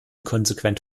konsequent